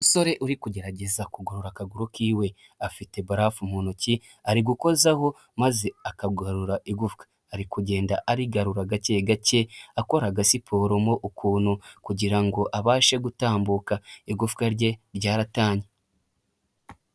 Umusore uri kugerageza kugorora akaguru k'iwe afite barafu mu ntoki, arigukozaho maze akagarura igufwa, ari kugenda arigarura gake gake akora agasiporo mo ukuntu kugira ngo abashe gutambuka, igufwa rye ryaratanye.